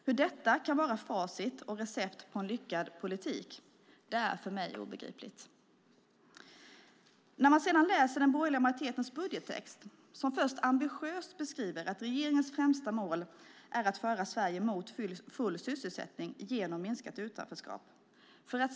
Hur detta facit kan vara recept på en lyckad politik är för mig obegripligt. Man kan sedan läsa den borgerliga majoritetens budgettext. Där beskriver de först ambitiöst att regeringens främsta mål är att föra Sverige mot full sysselsättning genom minskat utanförskap.